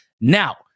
Now